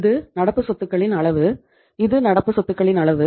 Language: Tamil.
இது நடப்பு சொத்துகளின் அளவு இது நடப்பு சொத்துகளின் அளவு